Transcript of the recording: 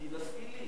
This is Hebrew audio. התינשאי לי,